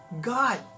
God